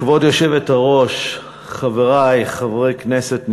כבוד היושבת-ראש, חברי חברי הכנסת הנכבדים,